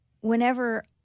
whenever